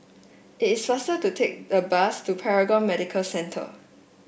it is faster to take the bus to Paragon Medical Centre